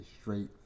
straight